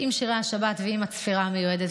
עם שירי השבת ועם הצפירה המיועדת,